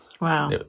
Wow